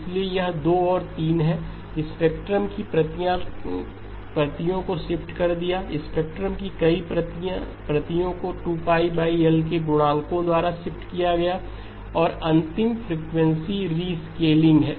इसलिए यह दो और तीन है स्पेक्ट्रम की कई प्रतियों को शिफ्ट कर दिया स्पेक्ट्रम की कई प्रतियों को 2 L के गुणकों द्वारा शिफ्ट किया गया है और अंतिम फ्रीक्वेंसी रिस्केलिंग है